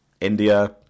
India